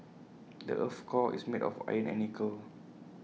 the Earth's core is made of iron and nickel